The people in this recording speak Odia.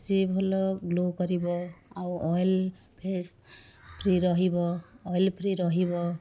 ସେ ଭଲ ଗ୍ଲୋ କରିବ ଆଉ ଅଏଲ୍ ଫେସ୍ ଫ୍ରୀ ରହିବ ଅଏଲ୍ ଫ୍ରୀ ରହିବ